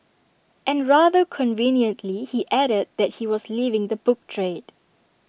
and rather conveniently he added that he was leaving the book trade